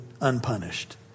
unpunished